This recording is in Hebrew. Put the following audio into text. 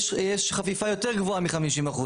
יש חפיפה יותר גבוהה מ-50%.